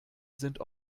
sind